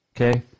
okay